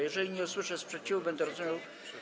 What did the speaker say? Jeżeli nie usłyszę sprzeciwu, będę rozumiał.